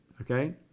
okay